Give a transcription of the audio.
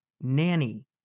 Nanny